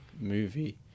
movie